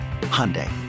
Hyundai